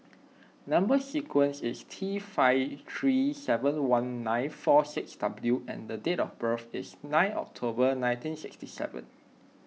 Number Sequence is T five three seven one four six W and date of birth is nine October nineteen sixty seven